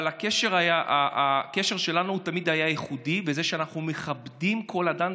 אבל הקשר שלנו תמיד היה ייחודי בזה שאנחנו מכבדים כל אדם